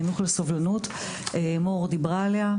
חינוך לסובלנות; מור דיברה עליה.